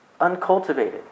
uncultivated